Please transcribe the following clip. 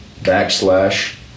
backslash